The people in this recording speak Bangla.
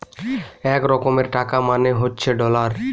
এক রকমের টাকা মানে হচ্ছে ডলার